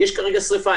יש כרגע שריפה,